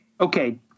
Okay